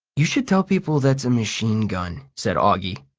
you should tell people that's a machine gun, said auggie.